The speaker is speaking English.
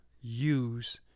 use